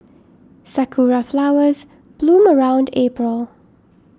sakura flowers bloom around April